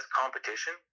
competition